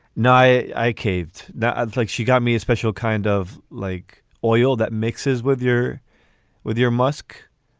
no, i caved. now ah it's like she got me a special kind of like oil that mixes with your with your musk.